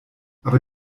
aber